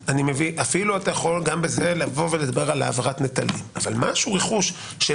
אפילו אתה יכול גם בזה לדבר על העברת נטלים אבל משהו רכוש של